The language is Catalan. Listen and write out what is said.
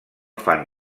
fan